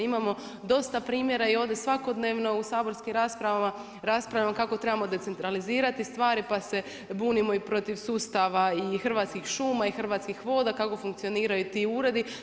Imamo dosta primjera ovdje svakodnevno u saborskim raspravama kako trebamo decentralizirati stvari, pa se bunimo i protiv sustava i Hrvatskih šuma i Hrvatskih voda, kako funkcioniraju ti uredi.